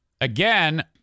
again